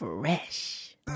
fresh